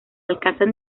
alcanzan